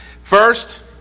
First